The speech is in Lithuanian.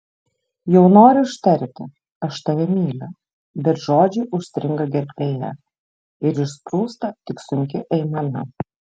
jau noriu ištarti aš tave myliu bet žodžiai užstringa gerklėje ir išsprūsta tik sunki aimana